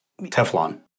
Teflon